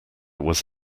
was